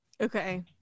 Okay